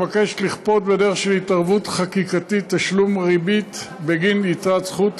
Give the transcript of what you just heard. המבקשת לכפות בדרך של התערבות חקיקתית תשלום ריבית בגין יתרת זכות,